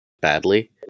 badly